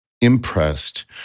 impressed